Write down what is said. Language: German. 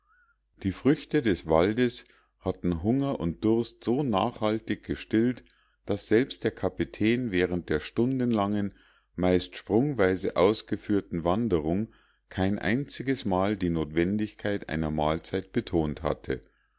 die früchte des waldes hatten hunger und durst so nachhaltig gestillt daß selbst der kapitän während der stundenlangen meist sprungweise ausgeführten wanderung kein einzigesmal die notwendigkeit einer mahlzeit betont hatte